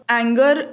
anger